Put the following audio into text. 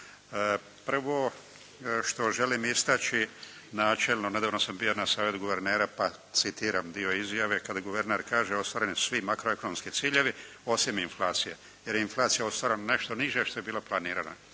Prvo što želim istaći načelno, nedavno sam bio na savjet guvernera pa citiram dio izjave kada guverner kaže: «Ostvareni su svi makroekonomski ciljevi osim inflacije» jer je inflacija ostvarena nešto niže no što je bila planirana.